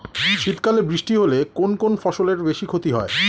শীত কালে বৃষ্টি হলে কোন কোন ফসলের বেশি ক্ষতি হয়?